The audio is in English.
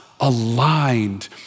aligned